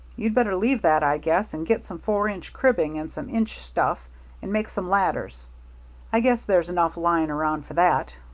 you'd better leave that, i guess, and get some four-inch cribbing and some inch stuff and make some ladders i guess there's enough lying round for that.